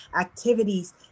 activities